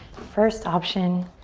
first option